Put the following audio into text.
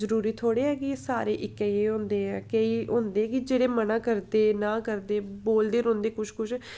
जरूरी थोह्ड़ी ऐ सारे इक्कै जनेह् होंदे ऐ केईं होंदे कि जेह्ड़े म'ना करदे ना करदे बोलदे रौंह्दे कुछ कुछ